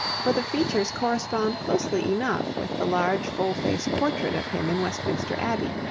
for the features correspond closely enough with the large full-face portrait of him in westminster abbey,